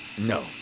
No